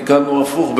גם תיקנו הפוך,